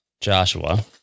joshua